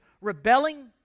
rebelling